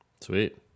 Sweet